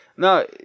No